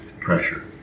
pressure